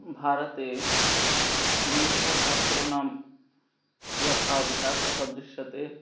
भारते विविध शास्त्राणां यथा विकासः दृश्यते